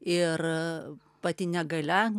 ir pati negalia